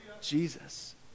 jesus